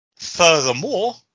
furthermore